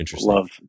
love